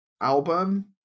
album